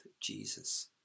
Jesus